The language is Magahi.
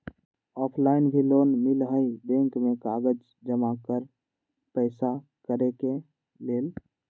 ऑफलाइन भी लोन मिलहई बैंक में कागज जमाकर पेशा करेके लेल?